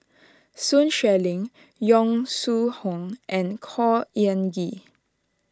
Sun Xueling Yong Shu Hoong and Khor Ean Ghee